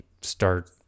start